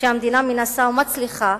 שהמדינה מנסה ומצליחה